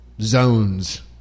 zones